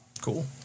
Cool